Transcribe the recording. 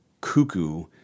cuckoo